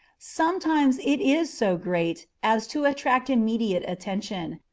sometimes it is so great as to attract immediate attention,